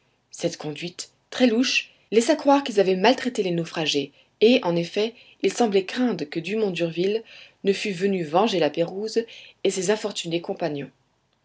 cette conduite très louche laissa croire qu'ils avaient maltraité les naufragés et en effet ils semblaient craindre que dumont d'urville ne fût venu venger la pérouse et ses infortunés compagnons